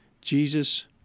Jesus